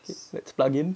let's plug in